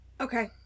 Okay